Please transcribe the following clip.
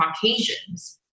Caucasians